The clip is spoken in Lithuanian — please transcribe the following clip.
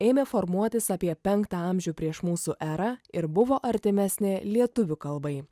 ėmė formuotis apie penktą amžių prieš mūsų erą ir buvo artimesnė lietuvių kalbai